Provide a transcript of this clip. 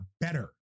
better